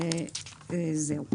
עד כאן.